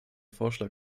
vorschlag